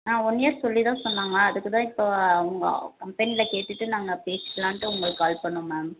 ஆ one year சொல்லி தான் சொன்னாங்க அதுக்கு தான் இப்போ அவங்க கம்பெனியில் கேட்டுவிட்டு நாங்கள் பேசுலாண்ட்டு உங்களுக்கு கால் பண்ணிணோம் மேம்